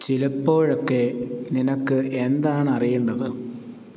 ചിലപ്പോഴൊക്കെ നിനക്ക് എന്താണ് അറിയേണ്ടത്